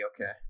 okay